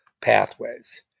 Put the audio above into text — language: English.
pathways